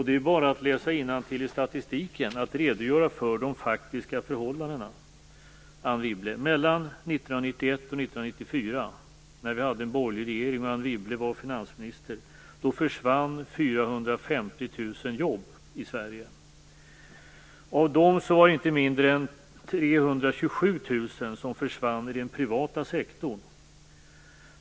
Det är bara att läsa innantill i statistiken, Anne Wibble, att redogöra för de faktiska förhållandena: Mellan 1991 och 1994, när vi hade en borgerlig regering och Anne Wibble var finansminister, försvann 450 000 jobb i Sverige. Av dem var det inte mindre än 327 000 som försvann i den privata sektorn.